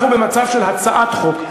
אנחנו במצב של הצעת חוק.